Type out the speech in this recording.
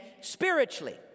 spiritually